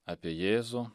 apie jėzų